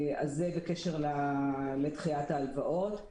זה בקשר לדחיית ההלוואות.